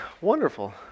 wonderful